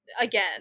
Again